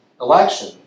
election